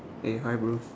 eh hi bro